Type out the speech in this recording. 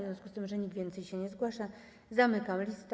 W związku z tym, że nikt więcej się nie zgłasza, zamykam listę.